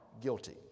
guilty